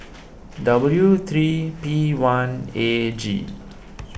W three P one A G